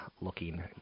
looking